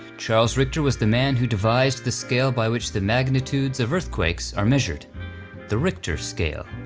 charles richter was the man who devised the scale by which the magnitudes of earthquakes are measured the richter scale,